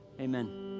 amen